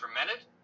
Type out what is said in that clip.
fermented